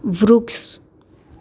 વૃક્ષ